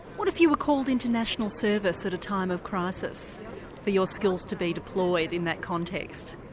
what if you were called into national service at a time of crisis for your skills to be deployed in that context?